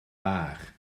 bach